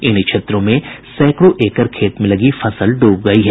इन क्षेत्रों में सैंकड़ों एकड़ खेत में लगी फसल डूब गई है